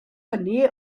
hynny